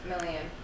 million